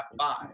five